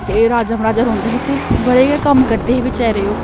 ते राजा मरााजा रौंह्दे हे ते बड़े गै कम्म करदे हे बेचारे ओह्